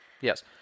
yes